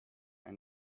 and